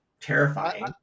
terrifying